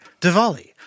Diwali